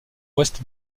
ouest